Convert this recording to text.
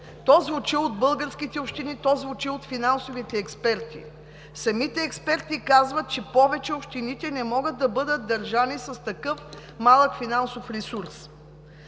то звучи от българските общини, то звучи от финансовите експерти. Самите експерти казват, че повече общините не могат да бъдат държани с такъв малък финансов ресурс.